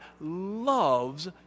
loves